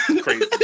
Crazy